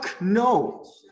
no